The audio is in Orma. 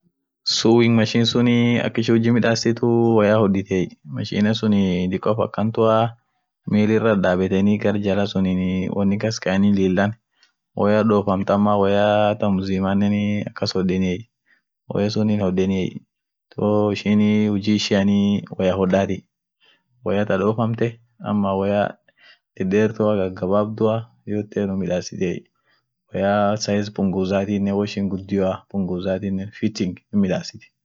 pepan akmidaasen ak shuulefaat soomen, wonyedenii mukiira midaasenii muk kan dodosenii gugurdisenii, aminenii geeseni pepa kasabaasent jira. pepanii mukiira dufti, woishi mashine fuudeni gar factoria geeseni ak muk sun pepa kasa midaaseent jirai.